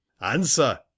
Answer